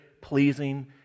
pleasing